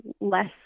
less